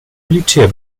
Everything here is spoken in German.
militär